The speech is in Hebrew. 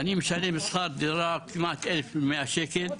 אני משלם שכר דירה כמעט 1,100 שקלים.